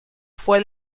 fue